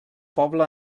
poble